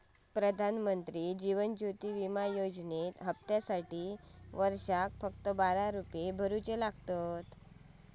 प्रधानमंत्री जीवन ज्योति विमा योजनेच्या हप्त्यासाटी वर्षाक फक्त बारा रुपये भरुचे लागतत